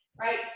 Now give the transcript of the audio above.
right